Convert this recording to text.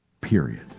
Period